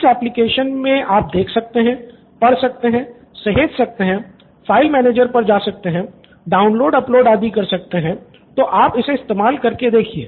इस एप्लिकेशन मे आप देख सकते हैं पढ़ सकते हैं सहेज सकते हैं फ़ाइल मैनेजर पर जा सकते हैं डाउनलोड अपलोड आदि कर सकते हैं तो आप इसे इस्तेमाल कर के देखिये